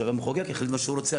שהמחוקק יחליט מה שהוא רוצה.